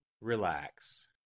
Relax